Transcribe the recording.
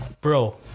bro